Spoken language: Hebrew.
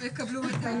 אני